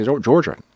Georgia